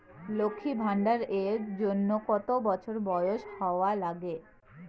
লক্ষী ভান্ডার এর জন্যে কতো বছর বয়স হওয়া লাগে?